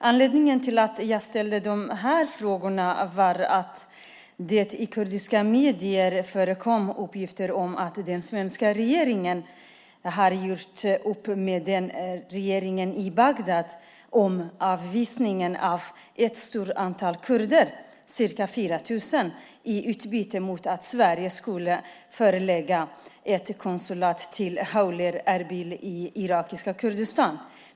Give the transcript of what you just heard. Anledningen till att jag ställde de här frågorna var att det i kurdiska medier förekom uppgifter om att den svenska regeringen har gjort upp med regeringen i Bagdad om avvisning av ett stort antal kurder, ca 4 000, i utbyte mot att Sverige skulle förlägga ett konsulat till Hewler/Erbil i irakiska Kurdistan.